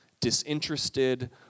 disinterested